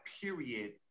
period